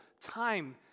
time